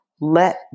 Let